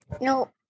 No